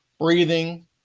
breathing